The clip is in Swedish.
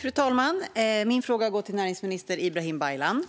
Fru talman! Min fråga går till näringsminister Ibrahim Baylan.